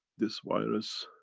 this virus,